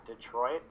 Detroit